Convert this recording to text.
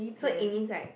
so it means right